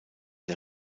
der